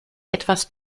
etwas